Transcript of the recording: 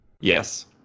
Yes